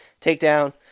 takedown